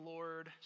Lord